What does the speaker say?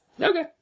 Okay